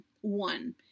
one